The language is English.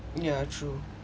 yeah true